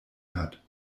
hat